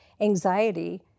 anxiety